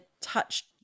touched